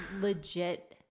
legit